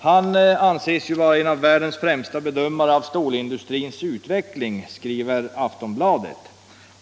Han anses vara en av världens främsta bedömare av stålindustrins utveckling, skriver Aftonbladet.